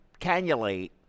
cannulate